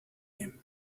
him